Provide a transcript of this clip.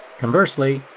conversely,